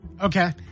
Okay